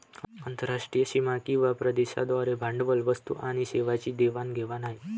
आंतरराष्ट्रीय सीमा किंवा प्रदेशांद्वारे भांडवल, वस्तू आणि सेवांची देवाण घेवाण आहे